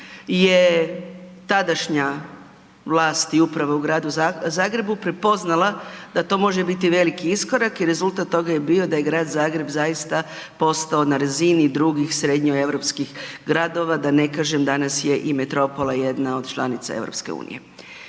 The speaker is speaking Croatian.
je tadašnja vlast i uprava u Gradu Zagrebu prepoznala da to može biti veliki iskorak i rezultat toga je bio da je Grad Zagreb zaista postao na razini drugih srednjoeuropskih gradova da ne kažem danas je i metropola i jedna od članica EU.